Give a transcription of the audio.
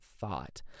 thought